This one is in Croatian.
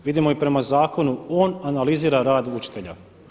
Vidimo i prema zakonu on analizira rad učitelja.